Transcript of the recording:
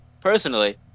personally